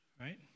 Right